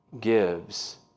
gives